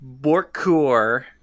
Borkur